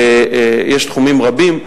יש תחומים רבים,